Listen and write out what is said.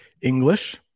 English